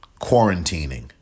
quarantining